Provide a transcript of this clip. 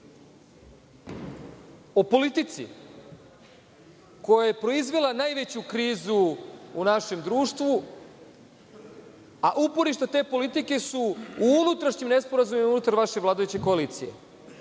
o politici koja je proizvela najveću krizu u našem društvu, a uporište te politike su u unutrašnjim nesporazumima unutar vaše vladajuće koalicije. Ja